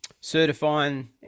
certifying